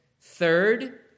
third